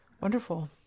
Wonderful